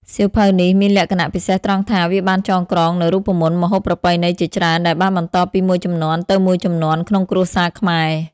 សៀវភៅនេះមានលក្ខណៈពិសេសត្រង់ថា វាបានចងក្រងនូវរូបមន្តម្ហូបប្រពៃណីជាច្រើនដែលបានបន្តពីមួយជំនាន់ទៅមួយជំនាន់ក្នុងគ្រួសារខ្មែរ